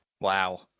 Wow